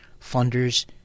funders